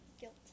Guilt